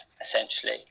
essentially